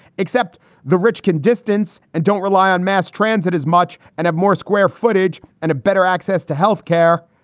except the rich can distance and don't rely on mass transit as much and have more square footage and a better access to health care.